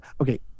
Okay